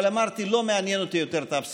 אבל אמרתי: לא מעניין אותי יותר תו סגול.